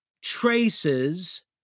traces